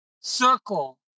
circle